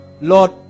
Lord